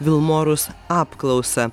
vilmorus apklausą